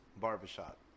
Barbershop